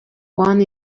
one